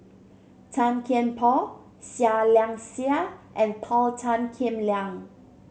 Tan Kian Por Seah Liang Seah and Paul Tan Kim Liang